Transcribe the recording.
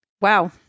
Wow